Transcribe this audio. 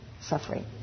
Suffering